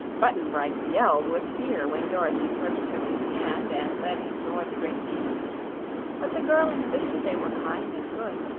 button-bright yelled with fear when dorothy first took his hand and led him toward the great beasts but the girl insisted they were kind and good,